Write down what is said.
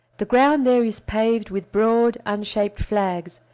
the ground there is paved with broad unshaped flags,